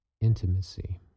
intimacy